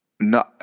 No